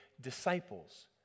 disciples